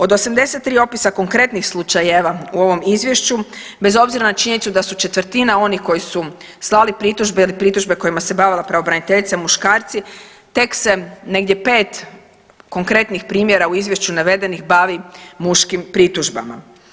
Od 83 opisa konkretnih slučajeva u ovom izvješću bez obzira na činjenicu da su četvrtina onih koji su slali pritužbe ili pritužbe kojima se bavila pravobraniteljica muškarci tek se negdje 5 konkretnih primjera u izvješću navedenih bavi muškim pritužbama.